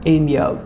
India